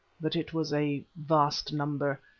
but it was a vast number.